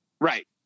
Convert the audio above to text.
Right